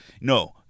No